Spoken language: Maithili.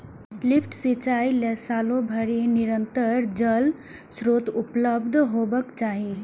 लिफ्ट सिंचाइ लेल सालो भरि निरंतर जल स्रोत उपलब्ध हेबाक चाही